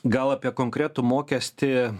gal apie konkretų mokestį